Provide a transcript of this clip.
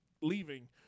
leaving